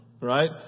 right